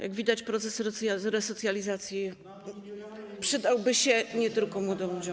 Jak widać, proces resocjalizacji przydałby się nie tylko młodym ludziom.